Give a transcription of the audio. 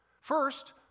First